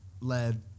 led